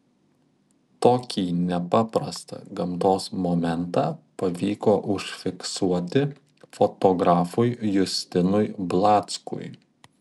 tokį nepaprastą gamtos momentą pavyko užfiksuoti fotografui justinui blackui